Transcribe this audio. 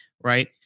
right